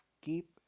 keep